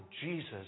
Jesus